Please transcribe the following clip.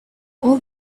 all